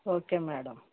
okay madam